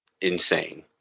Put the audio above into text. insane